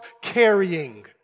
carrying